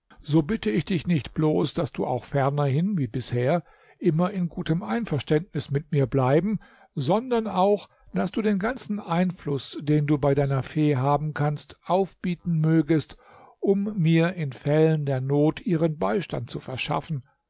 so bitte ich dich nicht bloß daß du auch fernerhin wie bisher immer in gutem einverständnis mit mir bleiben sondern auch daß du den ganzen einfluß den du bei deiner fee haben kannst aufbieten mögest um mir in fällen der not ihren beistand zu verschaffen